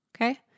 okay